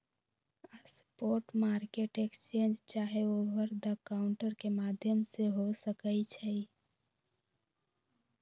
spot market exchange चाहे over the counter के माध्यम से हो सकइ छइ